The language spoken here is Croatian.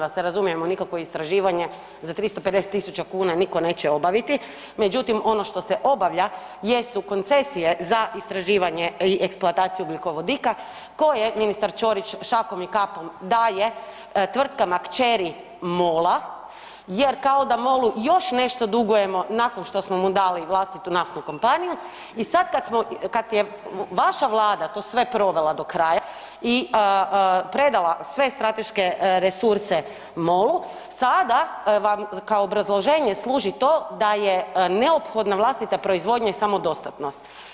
Da se razumijemo, nikakvo istraživanje za 350 tisuća kuna nitko neće obaviti, međutim, ono što se obavlja jesu koncesije za istraživanje i eksploataciju ugljikovodika koje ministar Ćorić šakom i kapom daje tvrtkama kćeri MOL-a jer kao da MOL-u još nešto dugujemo nakon što smo mu dali vlastitu naftnu kompaniju i sad kad smo, kad je vaša Vlada to sve provela do kraja i predala sve strateške resurse MOL-u, sada vam, kao obrazloženje služi to da je neophodna vlastita proizvodnja i samodostatnost.